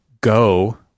go